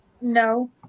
no